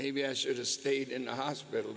maybe i should have stayed in a hospital